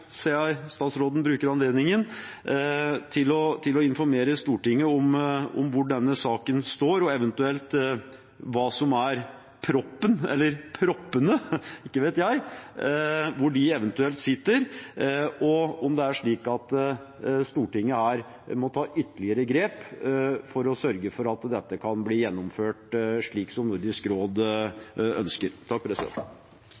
informere Stortinget om hvor denne saken står, og hva som eventuelt er proppen eller proppene, hvor de eventuelt sitter, og om det er slik at Stortinget må ta ytterligere grep for å sørge for at dette kan bli gjennomført slik Nordisk råd